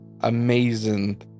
amazing